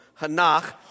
Hanach